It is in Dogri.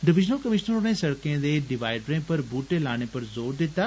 डिविजनल कमीश्नर होरें सड़कें दे डिवाडरें पर ब्हूटे लाने पर जोर दित्ता